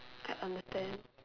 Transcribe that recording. I understand